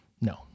No